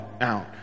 out